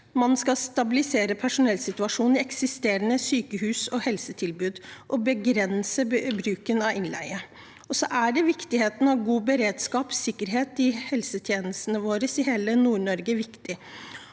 man skal stabilisere personellsituasjonen i eksisterende sykehus og helsetilbud og begrense bruken av innleie. God beredskap og sikkerhet i helsetjenestene våre i hele NordNorge er viktig.